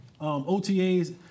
OTAs